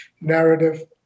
Narrative